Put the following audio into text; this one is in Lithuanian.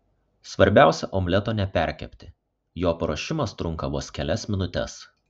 svarbiausia omleto neperkepti jo paruošimas trunka vos kelias minutes